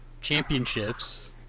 Championships